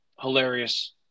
hilarious